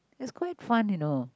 is quite fun you know